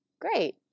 Great